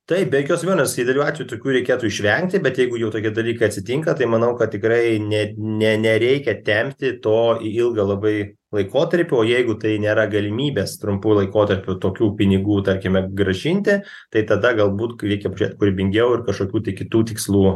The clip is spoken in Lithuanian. taip be jokios abejonės tai idealiu atveju tokių reikėtų išvengti bet jeigu jau tokie dalykai atsitinka tai manau kad tikrai ne ne nereikia tempti to į ilgą labai laikotarpį o jeigu tai nėra galimybės trumpu laikotarpiu tokių pinigų tarkime grąžinti tai tada galbūt k reikia pažiūrėt kūrybingiau ir kažkokių tai kitų tikslų